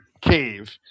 cave